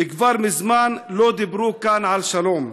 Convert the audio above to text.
כבר מזמן לא דיברו כאן על שלום.